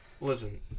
Listen